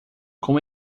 com